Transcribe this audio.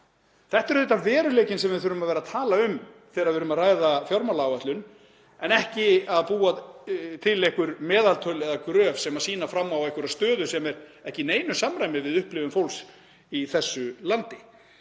Þetta er auðvitað veruleikinn sem við þurfum að vera að tala um þegar við erum að ræða fjármálaáætlun en ekki að búa til einhver meðaltöl eða gröf sem sýna fram á einhverja stöðu sem er ekki í neinu samræmi við upplifun fólks í þessu landi.